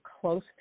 close